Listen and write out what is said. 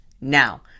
Now